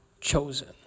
chosen